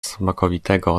smakowitego